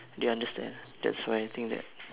they understand that's why I think that